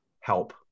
help